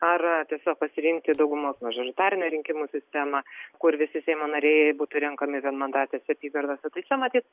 ar tiesiog pasirinkti daugumos mažoritarinę rinkimų sistemą kur visi seimo nariai būtų renkami vienmandatėse apygardose tai čia matyt